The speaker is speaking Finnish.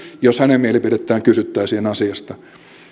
jos hänen mielipidettään kysyttäisiin asiasta